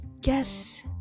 guess